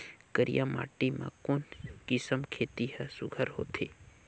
करिया माटी मा कोन किसम खेती हर सुघ्घर होथे?